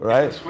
Right